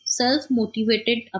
self-motivated